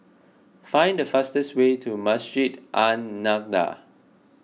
find the fastest way to Masjid An Nahdhah